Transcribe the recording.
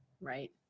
Right